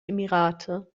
emirate